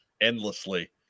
endlessly